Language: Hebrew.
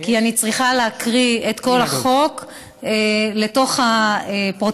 כי אני צריכה להקריא את כל החוק לתוך הפרוטוקול,